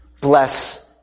bless